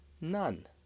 none